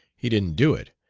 he didn't do it,